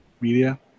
media